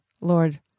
Lord